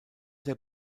der